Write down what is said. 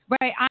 Right